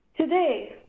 Today